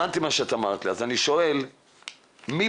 מי